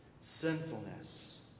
sinfulness